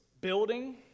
building